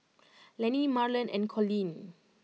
Lanny Marlen and Colleen